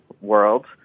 world